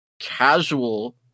casual